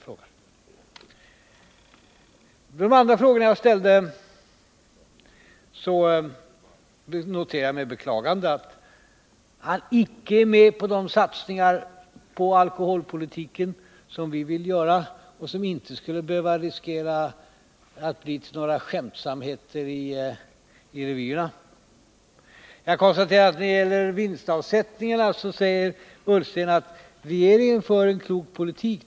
Beträffande de övriga frågor jag ställde noterar jag med beklagande att Ola Ullsten icke är med på de satsningar på alkoholpolitikens område som vi vill göra och som inte skulle behöva riskera att bli föremål för skämtsamheter i revyer. När det gäller vinstavsättningarna säger Ola Ullsten att regeringen för en klok politik.